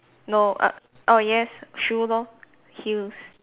no err oh yes shoe lor heels